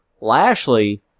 Lashley